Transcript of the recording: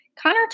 Connor